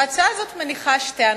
ההצעה הזאת מניחה שתי הנחות: